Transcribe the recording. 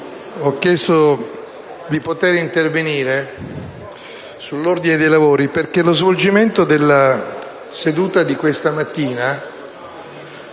Grazie,